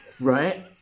right